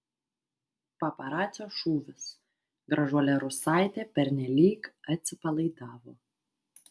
paparacio šūvis gražuolė rusaitė pernelyg atsipalaidavo